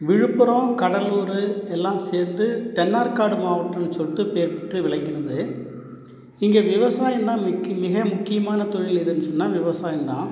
விழுப்புரம் கடலூரு எல்லாம் சேர்த்து தென்னாற்காடு மாவட்டம்னு சொல்லிட்டு பெயர் பெற்று விளங்கினது இங்கே விவசாயம் தான் மிக்கி மிக முக்கியமான தொழில் எதுன்னு சொன்னால் விவசாயம் தான்